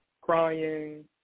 crying